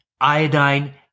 iodine